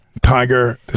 Tiger